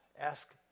Ask